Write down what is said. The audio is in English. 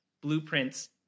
blueprints